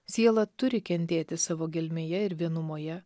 siela turi kentėti savo gelmėje ir vienumoje